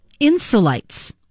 Insulites